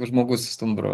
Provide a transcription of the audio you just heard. žmogus stumbro